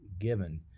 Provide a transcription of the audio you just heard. given